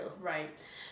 Right